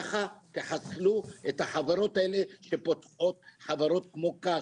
ככה תחסלו את החברות האלה שפותחות חברות כמו כת